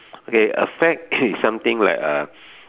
okay a fad is something like a